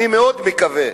אני מאוד מקווה.